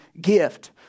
gift